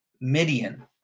Midian